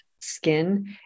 skin